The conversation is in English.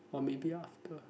or maybe after